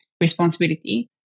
responsibility